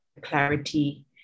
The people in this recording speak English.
clarity